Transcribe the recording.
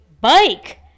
bike